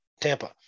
tampa